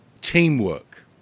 teamwork